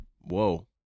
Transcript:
Whoa